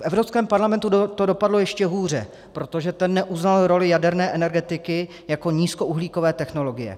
V Evropském parlamentu to dopadlo ještě hůře, protože ten neuznal roli jaderné energetiky jako nízkouhlíkové technologie.